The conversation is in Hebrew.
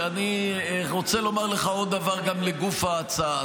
שאני רוצה לומר לך עוד דבר גם לגוף ההצעה.